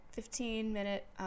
15-minute